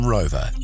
Rover